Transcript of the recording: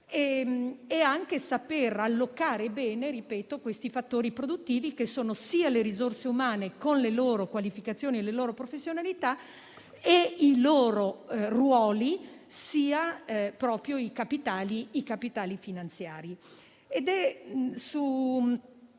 nonché di saper allocare bene - ripeto - questi fattori produttivi, che sono sia le risorse umane con le loro qualificazioni, le loro professionalità e i loro ruoli sia i capitali finanziari.